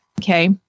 Okay